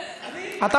אני?